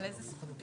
על איזה סכום?